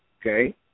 okay